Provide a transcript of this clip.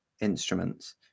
instruments